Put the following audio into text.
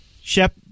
Shep –